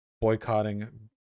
Boycotting